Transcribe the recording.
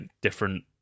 different